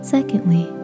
Secondly